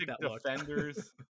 defenders